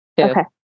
Okay